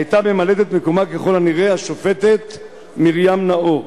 היתה ממלאת את מקומה ככל הנראה השופטת מרים נאור.